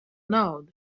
naudas